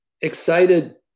excited